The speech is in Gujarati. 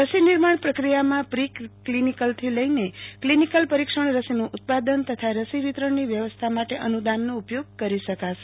રસી નિર્માણ પ્રક્રિયામાં પ્રિ ક્લિનીકલથી લઈને ક્લિનીકલ પરિક્ષણ રસીનું ઉત્પાદન તથા રસી વિતરણની વ્યવસ્થા માટે અનુદાનનો ઉપયોગ કરી શાકાશે